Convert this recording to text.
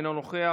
אינו נוכח,